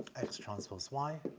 x transpose y.